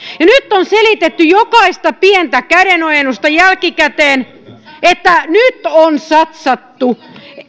ja nyt on selitetty jokaista pientä kädenojennusta jälkikäteen että nyt on satsattu